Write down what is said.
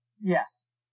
Yes